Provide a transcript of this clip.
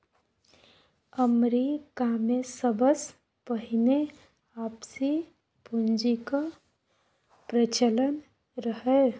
अमरीकामे सबसँ पहिने आपसी पुंजीक प्रचलन रहय